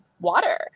water